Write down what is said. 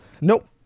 Nope